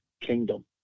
kingdom